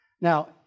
Now